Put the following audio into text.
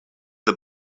the